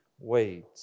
wait